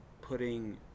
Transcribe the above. putting